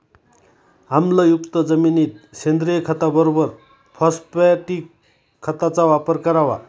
आम्लयुक्त जमिनीत सेंद्रिय खताबरोबर फॉस्फॅटिक खताचा वापर करावा